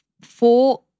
four